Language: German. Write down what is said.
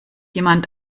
jemand